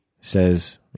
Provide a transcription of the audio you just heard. says